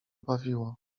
bawiło